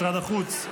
משרד החוץ,